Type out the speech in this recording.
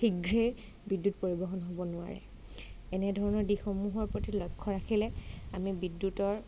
শীঘ্ৰে বিদ্যুৎ পৰিবহণ হ'ব নোৱাৰে এনে ধৰণৰ দিশসমূহৰ প্ৰতি লক্ষ্য ৰাখিলে আমি বিদ্যুতৰ